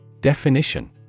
Definition